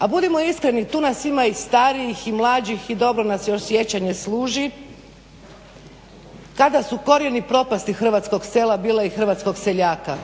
A budimo iskreni tu nas ima i starijih i mlađih i dobro nas još sjećanje služi kada su korijeni propasti hrvatskog sela bile i hrvatskog seljaka?